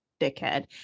dickhead